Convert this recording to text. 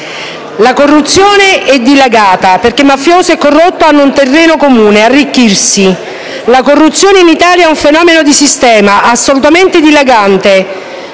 La corruzione è dilagata, perché mafiosi e corrotti hanno un terreno comune: arricchirsi. «La corruzione in Italia è un fenomeno di sistema assolutamente dilagante,